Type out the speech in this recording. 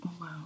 wow